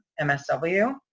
MSW